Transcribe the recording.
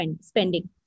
spending